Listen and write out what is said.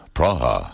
Praha